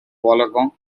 wollongong